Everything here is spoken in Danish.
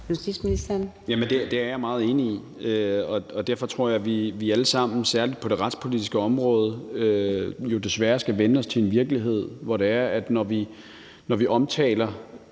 Justitsministeren (Peter Hummelgaard): Det er jeg meget enig i, og derfor tror jeg, vi alle sammen, særlig på det retspolitiske område, jo desværre skal vænne os til en virkelighed, hvor det er sådan, at når vi omtaler